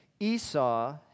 Esau